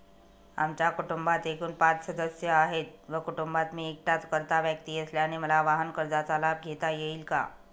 आमच्या कुटुंबात एकूण पाच सदस्य आहेत व कुटुंबात मी एकटाच कर्ता व्यक्ती असल्याने मला वाहनकर्जाचा लाभ घेता येईल का?